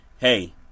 hey